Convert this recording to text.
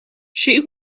she